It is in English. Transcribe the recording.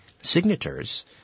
signatures